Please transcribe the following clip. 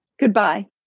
goodbye